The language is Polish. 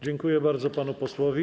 Dziękuję bardzo panu posłowi.